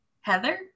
Heather